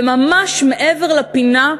וממש מעבר לפינה,